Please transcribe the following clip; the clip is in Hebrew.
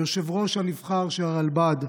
היושב-ראש הנבחר של הרלב"ד.